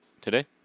Today